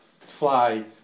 fly